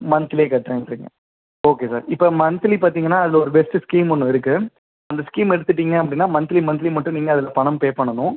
மன்த்லியே கட்டுறேன்றிங்க okay sir இப்போ monthly பார்த்தீங்கனா அதில் ஒரு பெஸ்ட்டு ஸ்கீம் ஒன்று இருக்குது அந்த ஸ்கீம் எடுத்துட்டுடீங்க அப்படினா மன்த்லி மன்த்லி மட்டும் நீங்கள் அதில் பணம் பே பண்ணணும்